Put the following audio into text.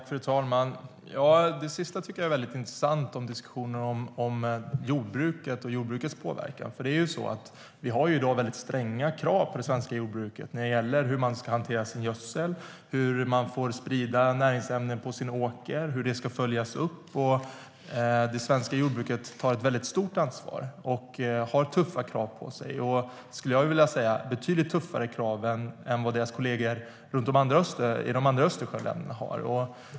Fru talman! Det sistnämnda, diskussionen om jordbruket och dess påverkan, tycker jag är väldigt intressant. Vi har i dag stränga krav på det svenska jordbruket när det gäller hur man ska hantera sin gödsel, hur man får sprida näringsämnen på sin åker och hur det ska följas upp. Det svenska jordbruket tar ett väldigt stort ansvar och har tuffa krav på sig. Jag skulle vilja säga att de är betydligt tuffare än vad kollegorna i de andra Östersjöländerna har.